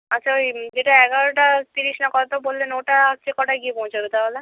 আচ্ছা ওই যেটা এগারোটা তিরিশ না কত বললেন ওটা হচ্ছে কটায় গিয়ে পৌঁছাবে তাহলে